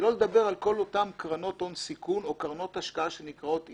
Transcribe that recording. שלא לדבר על כל אותם קרנות הון סיכון או קרנות השקעה שנקראות Impact,